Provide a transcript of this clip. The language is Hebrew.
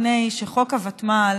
מפני שחוק הוותמ"ל,